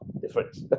difference